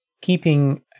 keeping